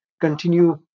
continue